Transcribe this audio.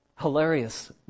hilarious